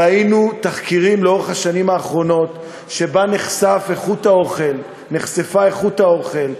ראינו תחקירים לאורך השנים האחרונות שבהם נחשפה איכות האוכל,